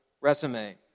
resume